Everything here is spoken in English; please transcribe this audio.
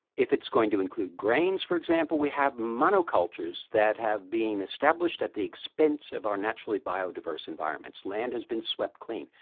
if it's going to include grains, for example, we have monocultures that have been established at the expense of our naturally bio-diverse environments. land has been swept clean.